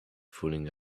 fooling